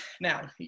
Now